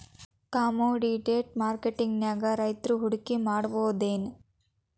Commodity ಮಾರ್ಕೆಟ್ನ್ಯಾಗ್ ರೈತ್ರು ಹೂಡ್ಕಿ ಮಾಡ್ಬಹುದೇನ್?